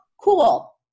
Cool